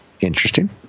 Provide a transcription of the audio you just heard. Interesting